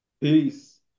Peace